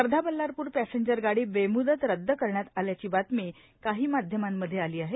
Wardha Ballarpur passenger गाडी बेमूद्दत रद्द करण्यात आल्याची बातमी काही माध्यमांमध्ये आली आहे